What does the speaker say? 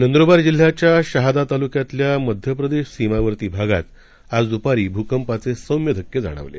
नंद्रबारजिल्ह्याच्याशहादातालुक्यातल्यामध्यप्रदेशसीमावर्तीभागातआजद्पारीभूकंपाचेसौम्यधक्केजाणवले